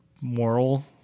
moral